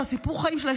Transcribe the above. יש את סיפור החיים שלה,